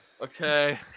Okay